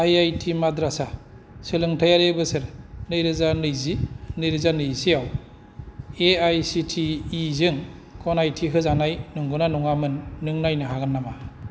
I I T माद्रासआ सोलोंथाइयारि बोसोर नै रोजा नैजि नै रोजा नैजिसेआव A I C T E जों गनायथि होजानाय नंगौना नङामोन नों नायनो हागोन नामा